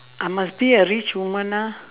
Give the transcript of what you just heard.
I must be a rich woman ah